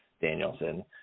Danielson